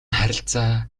харилцаа